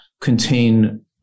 contain